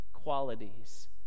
qualities